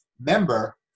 member